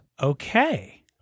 Okay